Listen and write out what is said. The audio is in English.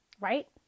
Right